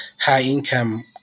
high-income